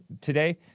today